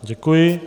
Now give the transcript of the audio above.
Děkuji.